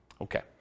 Okay